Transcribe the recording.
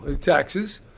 taxes